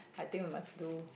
I think we must do